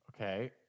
okay